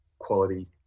quality